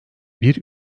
bir